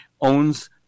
owns